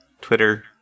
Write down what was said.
Twitter